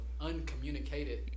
uncommunicated